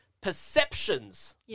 perceptions